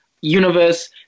universe